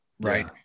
Right